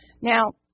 Now